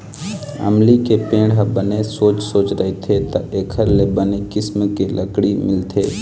अमली के पेड़ ह बने सोझ सोझ रहिथे त एखर ले बने किसम के लकड़ी मिलथे